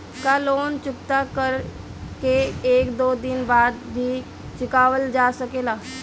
का लोन चुकता कर के एक दो दिन बाद भी चुकावल जा सकेला?